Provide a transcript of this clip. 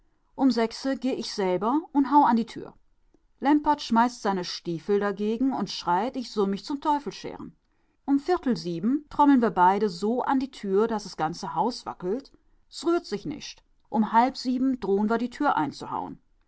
um sechse geh ich selber und hau an die tür lempert schmeißt seine stiefel dagegen und schreit ich sull mich zum teufel scheren um viertel sieben trommeln wir beide so an die tür daß s ganze haus wackelt s rührt sich nischt um halb sieben droh'n wir die tür